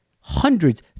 hundreds